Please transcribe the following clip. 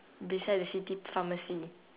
beside the city pharmacy